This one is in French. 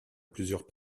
plusieurs